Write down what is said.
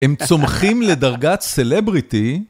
הם צומחים לדרגת סלבריטי.